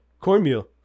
cornmeal